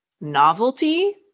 novelty